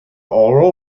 oral